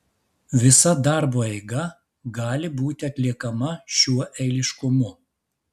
visa darbo eiga gali būti atliekama šiuo eiliškumu